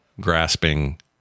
grasping